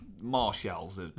Marshalls